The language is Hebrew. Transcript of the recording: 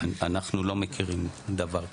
אנחנו לא מכירים דבר כזה.